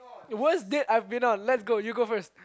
it worst date I've been on let's go you go first